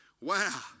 wow